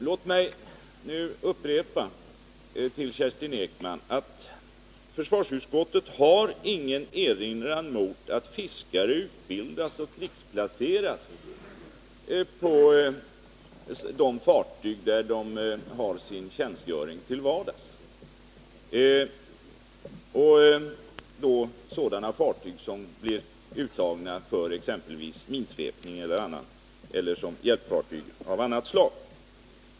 Låt mig nu upprepa för Kerstin Ekman att försvarsutskottet inte har någon erinran mot att fiskare utbildas och krigsplaceras på de fartyg där de har sin tjänstgöring till vardags och som blir uttagna för exempelvis minsvepning eller som hjälpfartyg av annat slag.